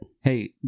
Hey